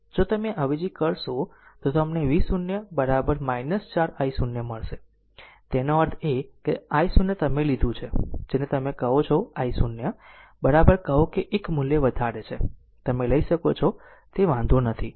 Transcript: જો તમે અવેજી કરશો તો તમને V0 4 i0 મળશે તેનો અર્થ એ કે i0 તમે લીધું છે જેને તમે કહો છો i0 કહો 1 મૂલ્ય વધારે છે તમે લઈ શકો છો તે વાંધો નથી